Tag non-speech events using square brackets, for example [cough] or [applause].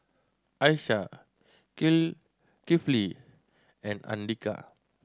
Aishah [unintelligible] Kifli and Andika